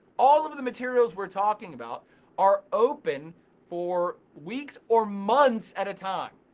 all of of the materials we are talking about are open for weeks or months at a time.